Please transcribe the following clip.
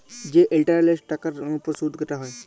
যে ইলটারেস্ট কল টাকার উপর সুদ কাটা হ্যয়